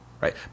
right